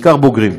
בעיקר בוגרים.